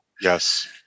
Yes